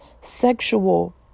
sexual